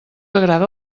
agrada